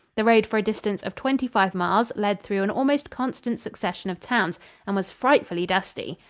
the road for a distance of twenty-five miles led through an almost constant succession of towns and was frightfully dusty.